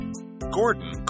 Gordon